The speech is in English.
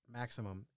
maximum